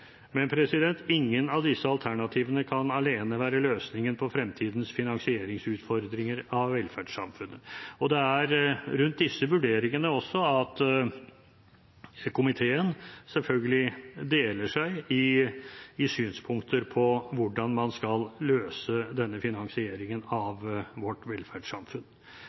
men ingen av disse alternativene kan alene være løsningen på fremtidens finansieringsutfordringer når det gjelder velferdssamfunnet. Det er rundt disse vurderingene at komiteen selvfølgelig deler seg i synspunkter på hvordan man skal løse denne finansieringen av vårt velferdssamfunn.